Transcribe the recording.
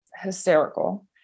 hysterical